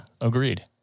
Agreed